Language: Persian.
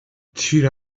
تیر